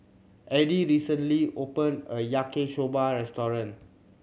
Eddy recently opened a Yaki Soba restaurant